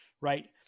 right